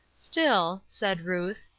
still, said ruth,